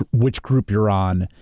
ah which group you're on.